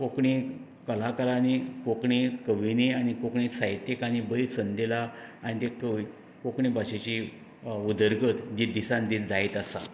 कोंकणीक कलाकारांनी कोंकणी कवींनी आनी कोंकणी साहित्यिकांनी बरी संद दिला आनी ते कोंकणी भाशेची उदरगत जी दिसान दीस जायत आसा